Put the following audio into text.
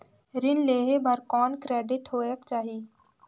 ऋण लेहे बर कौन क्रेडिट होयक चाही?